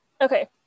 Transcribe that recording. Okay